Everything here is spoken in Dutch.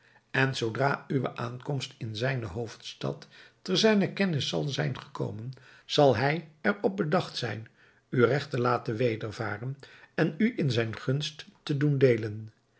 en zoodra uwe aankomst in zijne hoofdstad te zijner kennis zal zijn gekomen zal hij er op bedacht zijn u regt te laten wedervaren en u in zijne gunst te doen deelen